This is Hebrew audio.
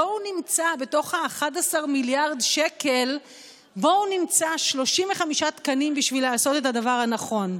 בואו נמצא בתוך 11 מיליארד השקלים 35 תקנים בשביל לעשות את הדבר הנכון.